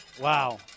Wow